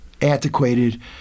antiquated